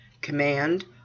command